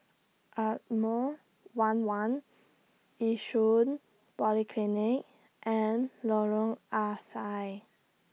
Ardmore one one Yishun Polyclinic and Lorong Ah Thia